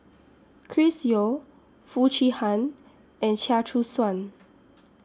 Chris Yeo Foo Chee Han and Chia Choo Suan